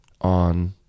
on